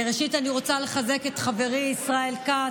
ראשית אני רוצה לחזק את חברי ישראל כץ,